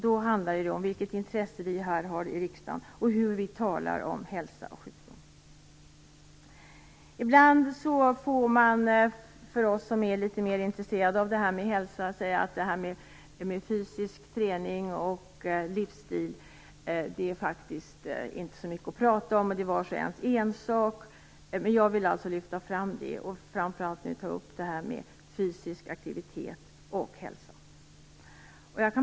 Det handlar om vilket intresse för detta vi har här i riksdagen och hur vi talar om frågor om hälsa och sjukdom. Vi som är intresserade av hälsofrågor får ibland höra att fysisk träning och livsstil inte är så mycket att prata om - sådant är vars och ens ensak - men jag vill lyfta fram detta och främst ta upp frågan om fysisk aktivitet och hälsa.